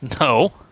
No